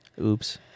oops